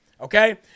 Okay